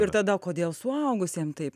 ir tada kodėl suaugusiem taip